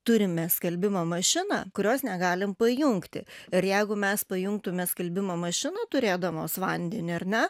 turime skalbimo mašiną kurios negalim pajungti ir jeigu mes pajungtume skalbimo mašiną turėdamos vandenį ar ne